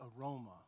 aroma